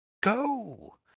Go